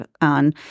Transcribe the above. on